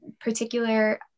particular